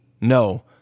no